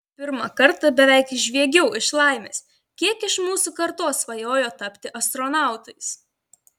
pirmą kartą beveik žviegiau iš laimės kiek iš mūsų kartos svajojo tapti astronautais